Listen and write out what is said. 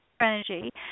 energy